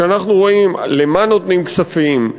שאנחנו רואים למה נותנים כספים,